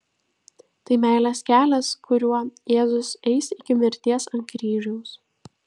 tai meilės kelias kuriuo jėzus eis iki mirties ant kryžiaus